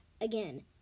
Again